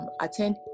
attend